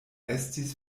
estis